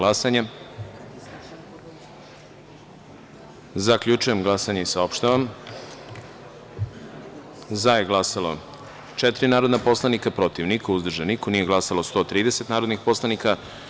Zaključujem glasanje i saopštavam: za – četiri narodna poslanika, protiv – niko, uzdržan – niko, nije glasalo 130 narodnih poslanika.